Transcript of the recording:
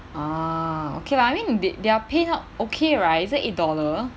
ah okay lah I mean the~ their pay okay right isn't it eight dollar